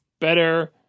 better